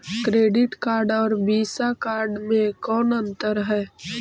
Credit card और Visa card मे कौन अन्तर है?